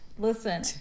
Listen